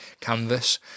canvas